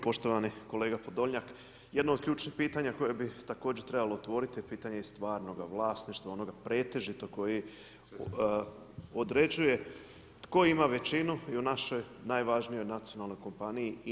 Poštovani kolega Podolnjak, jedno od ključnih pitanja koja bi također trebalo otvoriti je pitanje stvarnoga vlasništva, onoga pretežitoga koji određuje tko ima većinu i u našoj najvažnijoj nacionalnoj kompaniji INA-i.